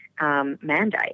mandate